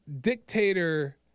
dictator